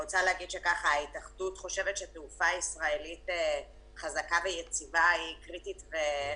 ההתאחדות חושבת שתעופה ישראלית חזקה ויציבה היא קריטית וחיונית.